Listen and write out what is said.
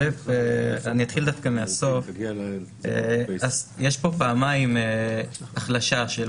אני אתחיל מהסוף: יש פה פעמיים החלשה של